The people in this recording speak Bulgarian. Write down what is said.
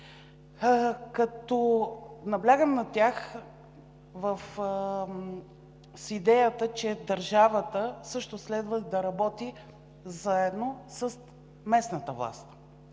като наблягам на тях с идеята, че държавата също следва да работи заедно с местната власт.